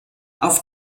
auf